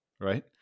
right